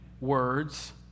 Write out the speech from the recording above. words